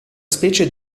specie